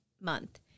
month